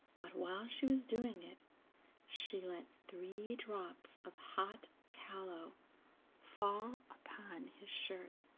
but while she was doing it she let three drops of hot tallow fall upon his shirt,